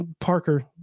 Parker